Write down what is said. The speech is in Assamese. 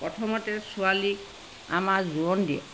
প্ৰথমতে ছোৱালীক আমাৰ জোৰণ দিয়ে